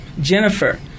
Jennifer